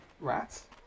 rats